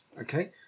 Okay